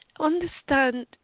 Understand